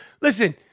Listen